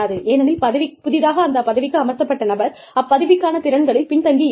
ஏனெனில் புதிதாக அந்த பதவிக்கு அமர்த்தப்பட்ட நபர் அப்பதவிக்கான திறன்களில் பின் தங்கி இருப்பார்